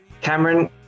Cameron